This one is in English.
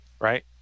right